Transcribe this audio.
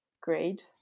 great